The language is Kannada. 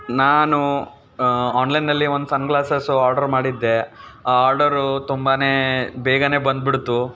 ನಾನು ಆನ್ಲೈನಲ್ಲಿ ಒಂದು ಸನ್ ಗ್ಲಾಸಸ್ಸು ಆರ್ಡರ್ ಮಾಡಿದ್ದೆ ಆ ಆರ್ಡರು ತುಂಬಾ ಬೇಗ ಬಂದ್ಬಿಡ್ತು